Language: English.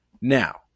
Now